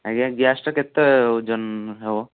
ଆଜ୍ଞା ଗ୍ୟାସ୍ଟା କେତେ ଓଜନ ହେବ